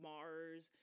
Mars